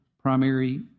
primary